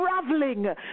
traveling